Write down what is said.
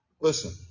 Listen